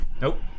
nope